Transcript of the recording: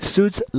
Suits